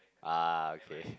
ah okay